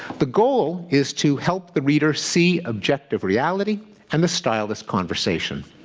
the goal is to help the reader see objective reality and the style is conversation.